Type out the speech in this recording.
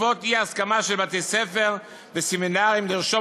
בעקבות אי-הסכמה של בתי-ספר וסמינרים לרשום